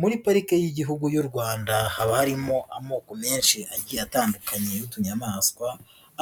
Muri parike y'igihugu y'u Rwanda haba harimo amoko menshi agiye atandukanye y'utunnyamaswa,